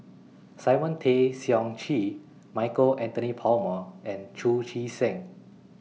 Simon Tay Seong Chee Michael Anthony Palmer and Chu Chee Seng